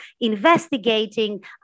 investigating